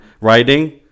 writing